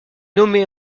nommé